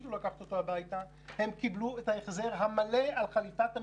הם יודעים שדור ב' נכשל.